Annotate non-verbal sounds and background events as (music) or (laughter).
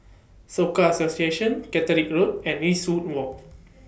Soka Association Caterick Road and Eastwood Walk (noise)